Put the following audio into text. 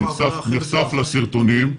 מ.ב.: הוא נחשף לסרטונים.